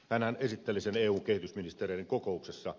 hänhän esitteli sen eun kehitysministereiden kokouksessa